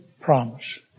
promise